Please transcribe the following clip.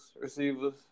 receivers